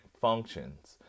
functions